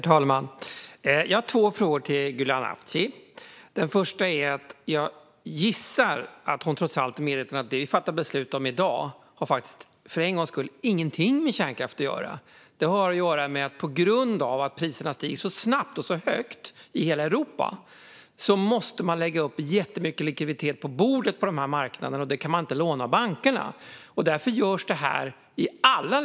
Herr talman! Jag har två frågor till Gulan Avci. Den första gäller att jag gissar att hon trots allt är medveten om att det vi ska fatta beslut om i dag för en gångs skull inte har någonting alls att göra med kärnkraft. På grund av att priserna stiger så snabbt och så högt i hela Europa måste man lägga upp jättemycket likviditet på bordet på marknaderna, och det kan man inte låna av bankerna Därför görs det här i alla länder.